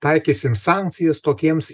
taikysim sankcijas tokiems